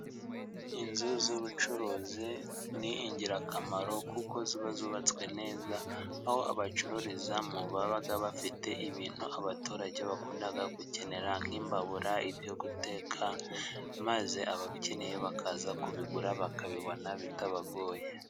Inzu z'ubucuruzi ni ingirakamaro kuko ziba zubatswe neza, aho abacururizamo baba bafite ibintu abaturage bakunda gukenera, nk'imbabura, ibyo guteka ,maze ababikeneye bakaza kubigura bakabibona bitabagoye.